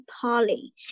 Polly